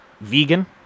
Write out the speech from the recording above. vegan